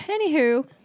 Anywho